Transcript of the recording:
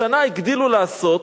השנה הגדילו לעשות